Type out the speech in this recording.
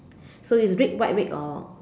so is red white red or